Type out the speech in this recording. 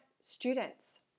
students